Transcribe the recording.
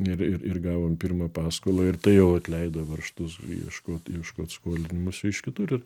ir ir ir gavom pirmą paskolą ir tai jau atleido varžtus ieškot ieškot skolinimosi iš kitur